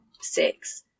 six